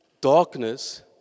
darkness